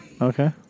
Okay